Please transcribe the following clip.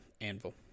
Anvil